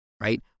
right